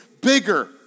bigger